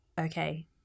okay